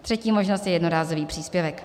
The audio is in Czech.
Třetí možnost je jednorázový příspěvek.